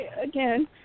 again